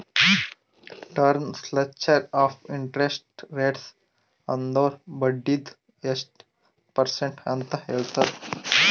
term structure of interest rates ಅಂದುರ್ ಬಡ್ಡಿದು ಎಸ್ಟ್ ಪರ್ಸೆಂಟ್ ಅಂತ್ ಹೇಳ್ತುದ್